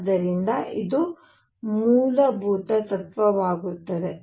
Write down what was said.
ಆದ್ದರಿಂದ ಇದು ಮೂಲಭೂತ ತತ್ವವಾಗುತ್ತದೆ